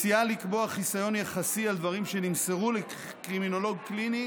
מציעה לקבוע חיסיון יחסי על דברים שנמסרו לקרימינולוג קליני